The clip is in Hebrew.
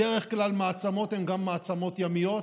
בדרך כלל מעצמות הן גם מעצמות ימיות,